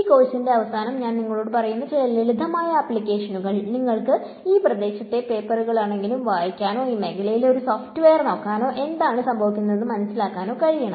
ഈ കോഴ്സിന്റെ അവസാനം ഞാൻ നിങ്ങളോട് പറയുന്ന ചില ലളിതമായ ആപ്ലിക്കേഷനുകൾ നിങ്ങൾക്ക് ഈ പ്രദേശത്തെ പേപ്പറുകളെങ്കിലും വായിക്കാനോ ഈ മേഖലയിലെ ഒരു സോഫ്റ്റ്വെയർ നോക്കാനോ എന്താണ് സംഭവിക്കുന്നതെന്ന് മനസ്സിലാക്കാനോ കഴിയണം